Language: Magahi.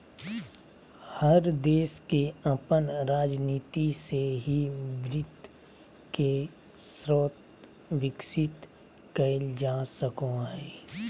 हर देश के अपन राजनीती से ही वित्त के स्रोत विकसित कईल जा सको हइ